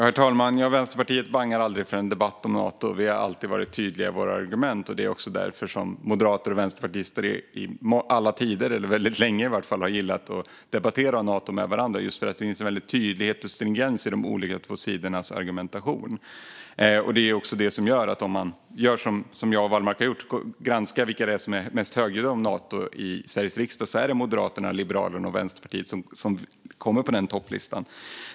Herr talman! Vänsterpartiet bangar aldrig för en debatt om Nato. Vi har alltid varit tydliga i våra argument, och det är också därför moderater och vänsterpartister i alla tider - eller i alla fall väldigt länge - har gillat att debattera Nato med varandra. Det finns en stor tydlighet och stringens i de båda sidornas argumentation. Det är också det som gör att om man gör som Wallmark och jag har gjort och granskar vilka som är mest högljudda om Nato i Sveriges riksdag ser man att det är Moderaterna, Liberalerna och Vänsterpartiet. Det är vi som hamnar på den topplistan.